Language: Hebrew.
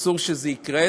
אסור שזה יקרה.